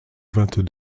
vingt